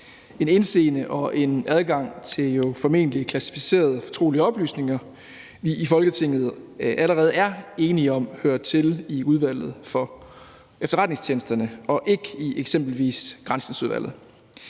et indseende og en adgang til formentlig klassificerede fortrolige oplysninger, vi i Folketinget allerede er enige om hører til i udvalget for efterretningstjenesterne og ikke i eksempelvis Granskningsudvalget.